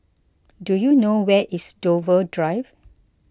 do you know where is Dover Drive